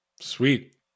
Sweet